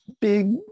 big